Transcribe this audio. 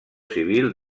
civil